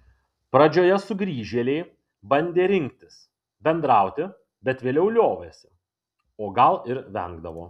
pradžioje sugrįžėliai bandė rinktis bendrauti bet vėliau liovėsi o gal ir vengdavo